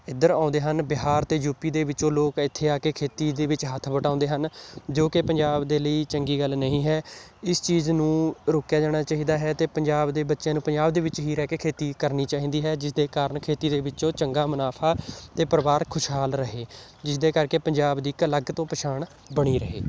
ਇੱਧਰ ਆਉਂਦੇ ਹਨ ਬਿਹਾਰ ਅਤੇ ਯੂਪੀ ਦੇ ਵਿੱਚੋਂ ਲੋਕ ਇੱਥੇ ਆ ਕੇ ਖੇਤੀ ਦੇ ਵਿੱਚ ਹੱਥ ਵਟਾਉਂਦੇ ਹਨ ਜੋ ਕਿ ਪੰਜਾਬ ਦੇ ਲਈ ਚੰਗੀ ਗੱਲ ਨਹੀਂ ਹੈ ਇਸ ਚੀਜ਼ ਨੂੰ ਰੋਕਿਆ ਜਾਣਾ ਚਾਹੀਦਾ ਹੈ ਅਤੇ ਪੰਜਾਬ ਦੇ ਬੱਚਿਆਂ ਨੂੰ ਪੰਜਾਬ ਦੇ ਵਿੱਚ ਹੀ ਰਹਿ ਕੇ ਖੇਤੀ ਕਰਨੀ ਚਾਹੀਦੀ ਹੈ ਜਿਸ ਦੇ ਕਾਰਨ ਖੇਤੀ ਦੇ ਵਿੱਚੋਂ ਚੰਗਾ ਮੁਨਾਫਾ ਅਤੇ ਪਰਿਵਾਰ ਖੁਸ਼ਹਾਲ ਰਹੇ ਜਿਸਦੇ ਕਰਕੇ ਪੰਜਾਬ ਦੀ ਇੱਕ ਅਲੱਗ ਤੋਂ ਪਛਾਣ ਬਣੀ ਰਹੇ